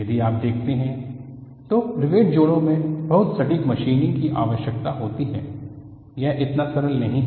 यदि आप देखते हैं तो रिवेट जोड़ों को बहुत सटीक मशीनिंग की आवश्यकता होती है यह इतना सरल नहीं है